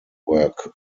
work